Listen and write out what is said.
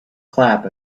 clap